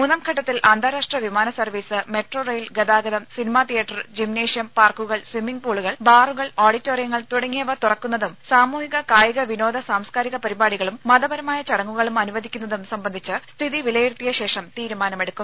മൂന്നാം ഘട്ടത്തിൽ അന്താരാഷ്ട്ര വിമാനസർവ്വീസ് മെട്രോ റെയിൽ ഗതാഗതം സിനിമാ തിയേറ്റർ ജിമ്നേഷ്യം പാർക്കുകൾ സ്വിമ്മിങ്ങ് പൂളുകൾ ബാറുകൾ ഓഡിറ്റോറിയങ്ങൾ തുടങ്ങിയവ തുറക്കുന്നതും സാമൂഹിക കായിക വിനോദ സാംസ്കാരിക പരിപാടികളും മതപരമായ ചടങ്ങുകളും അനുവദിക്കുന്നതും സംബന്ധിച്ച് സ്ഥിതി വിലയിരുത്തിയ ശേഷം തീരുമാനമെടുക്കും